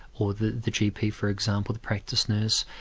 or the the gp for example, the practice nurse,